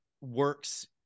works